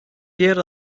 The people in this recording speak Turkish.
diğer